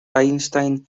einstein